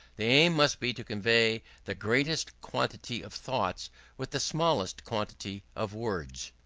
the aim must be to convey the greatest quantity of thoughts with the smallest quantity of words.